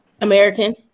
American